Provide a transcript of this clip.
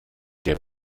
der